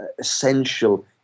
essential